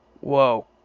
Whoa